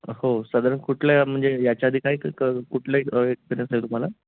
हो साधारण कुठल्या म्हणजे याच्या आधी काय क कुठल्या एक्सपिरियन्स आहे तुम्हाला